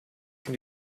can